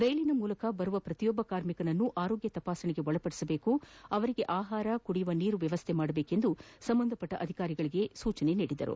ರೈಲಿನ ಮೂಲಕ ಬರುವ ಪ್ರತಿಯೊಬ್ಬ ಕಾರ್ಮಿಕನನ್ನು ಆರೋಗ್ಯ ತಪಾಸಣೆಗೆ ಒಳಪದಿಸಬೇಕು ಮತ್ತು ಅವರಿಗೆ ಆಹಾರ ಮತ್ತು ಕುಡಿಯುವ ನೀರು ವ್ಯವಸ್ಥೆ ಮಾಡಬೇಕು ಎಂದು ಸಂಬಂಧಪಟ್ಟ ಅಧಿಕಾರಿಗಳಿಗೆ ನಿರ್ದೇಶಿಸಿದರು